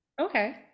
Okay